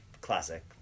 Classic